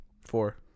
four